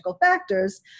factors